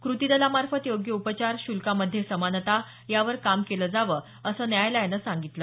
कृती दलामार्फत योग्य उपचार श्ल्कामध्ये समानता यावर काम केलं जाव अस न्यायालयान सांगितलं